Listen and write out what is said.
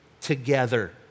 together